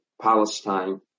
Palestine